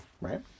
right